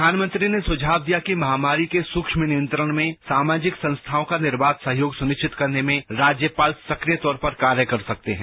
प्रधानमंत्री ने सुझाव दिया कि महामारी के सूक्ष्म नियंत्रण में सामाजिक संस्थाओं का निर्बाध सहयोग सुनिश्चित करने में राज्यपाल सक्रिय तौर पर कार्य कर सकते हैं